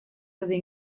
erdi